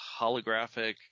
holographic